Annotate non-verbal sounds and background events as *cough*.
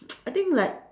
*noise* I think like